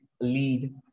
lead